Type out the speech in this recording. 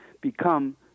become